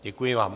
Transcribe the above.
Děkuji vám.